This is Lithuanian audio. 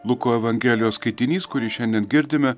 luko evangelijos skaitinys kurį šiandien girdime